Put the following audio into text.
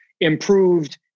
improved